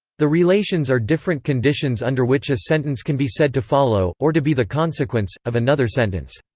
the relations are different conditions under which a sentence can be said to follow, or to be the consequence, of another sentence.